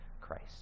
Christ